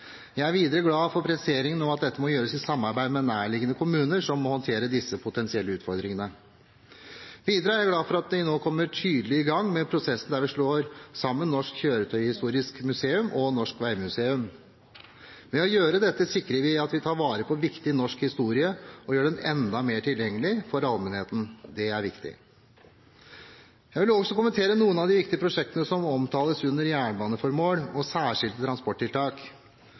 Jeg er videre glad for presiseringen om at dette må gjøres i samarbeid med nærliggende kommuner som må håndtere disse potensielle utfordringene. Videre er jeg glad for at vi nå kommer tydelig i gang med prosessen der vi slår sammen Norsk kjøretøyhistorisk museum og Norsk vegmuseum. Ved å gjøre dette sikrer vi at vi tar vare på viktig norsk historie og gjør den enda mer tilgjengelig for allmennheten. Det er viktig. Jeg vil også kommentere noen av de viktige prosjektene som omtales under jernbaneformål og særskilte transporttiltak.